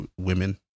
women